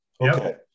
Okay